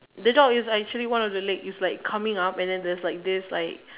the dog is actually one of the leg it's like coming up and then it's like this like